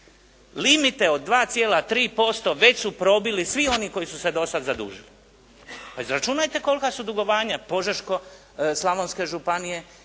limite od 2,3% već su probili svi oni koji su se do sad zadužili. Izračunajte kolika su dugovanja Požeško-slavonske županije